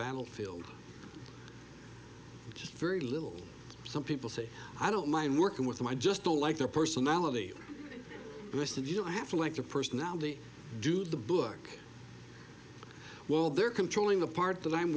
battlefield just very little some people say i don't mind working with them i just don't like their personality the rest of you don't have to like the person now they do the book while they're controlling the part that i'm